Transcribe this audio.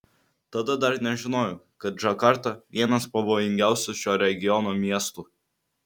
tada dar nežinojau kad džakarta vienas pavojingiausių šio regiono miestų